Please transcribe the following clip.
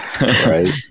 Right